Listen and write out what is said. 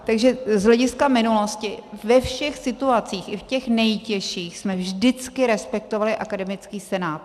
Takže z hlediska minulosti ve všech situacích, i v těch nejtěžších, jsme vždycky respektovali akademický senát.